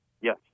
Yes